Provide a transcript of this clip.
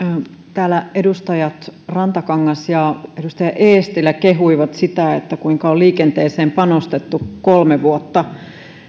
täällä edustajat rantakangas ja eestilä kehuivat sitä kuinka on liikenteeseen panostettu kolme vuotta